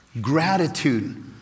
gratitude